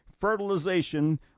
fertilization